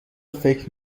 فکر